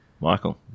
Michael